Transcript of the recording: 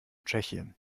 tschechien